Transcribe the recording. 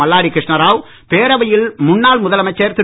மல்லாடி கிருஷ்ணாராவ் பேரவையில் முன்னாள் முதலமைச்சர் திரு